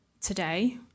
today